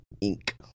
ink